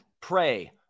Pray